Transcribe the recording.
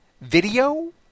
Video